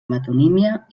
metonímia